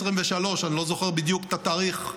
ואני לא זוכר בדיוק את התאריך,